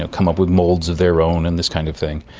and come up with moulds of their own and this kind of thing,